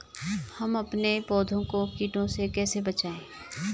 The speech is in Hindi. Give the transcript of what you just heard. हम अपने पौधों को कीटों से कैसे बचाएं?